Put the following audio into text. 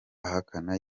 ahakana